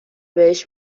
بهش